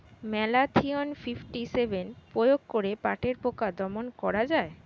Malathion fifty seven প্রয়োগ করে পাটের পোকা দমন করা যায়?